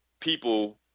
people